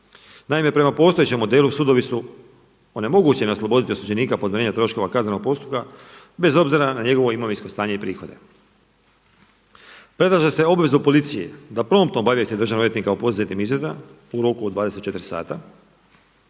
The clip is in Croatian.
Naime, prema postojećem modelu sudovi su onemogućeni osloboditi osuđenika podmirenja postupaka kaznenog postupka bez obzira na njegovo imovinsko stanje i prihode. Predlaže se obvezu policije da promptno obavijesti državnog odvjetnika o poduzetim … u roku od 24 sata,